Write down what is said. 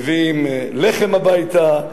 מביאים לחם הביתה,